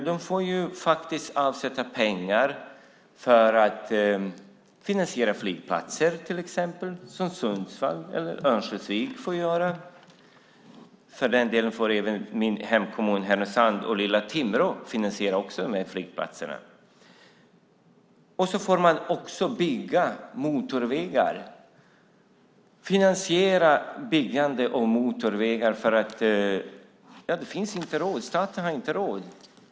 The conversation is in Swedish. De får avsätta pengar för att finansiera flygplatser till exempel. Det får Sundsvall och Örnsköldsvik göra och även min hemkommun Härnösand och lilla Timrå. Man får också finansiera byggandet av motorvägar eftersom staten inte har råd.